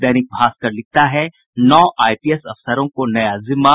दैनिक भास्कर लिखता है नौ आईपीएस अफसरों को नया जिम्मा